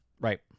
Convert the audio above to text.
Right